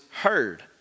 heard